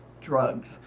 drugs